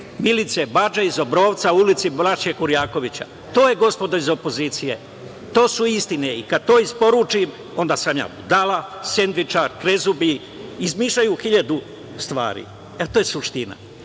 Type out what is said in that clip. Milica Badže iz Obrovca, u ulici Braće Kurjakovića. To su, gospodo iz opozicije, istine i kada to isporučim, onda sam ja budala, sendvičar, krezubi, izmišljaju hiljadu stvari. To je